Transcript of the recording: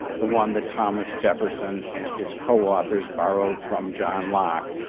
the one that thomas jefferson, and his coworkers borrow from john lach,